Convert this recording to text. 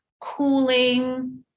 cooling